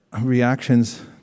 reactions